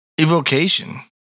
Evocation